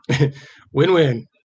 Win-win